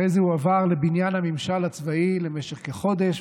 אחרי זה הוא עבר לבניין הממשל הצבאי למשך כחודש,